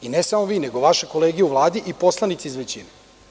I ne samo vi, nego vaše kolege u Vladi i poslanici iz većine.